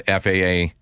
FAA